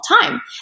time